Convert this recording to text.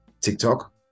TikTok